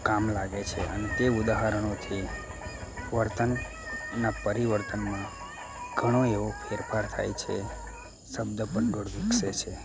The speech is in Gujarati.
કામ લાગે છે અને તે ઉદાહરણોથી વર્તનના પરિવર્તનમાં ઘણો એવો ફેરફાર થાય છે શબ્દ ભંડોળ વિકસે છે